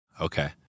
Okay